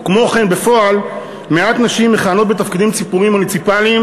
וכן בפועל מעט נשים מכהנות בתפקידים ציבורים מוניציפליים